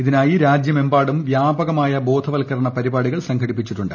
ഇതിനായി രാജ്യമെമ്പാടും വ്യാപകമായ ബോധവൽക്കരണ പരിപാടികൾ സംഘടിപ്പിച്ചിട്ടുണ്ട്